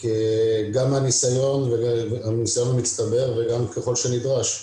מהניסיון המצטבר וגם ככל שנדרש.